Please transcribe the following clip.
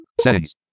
Settings